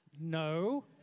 No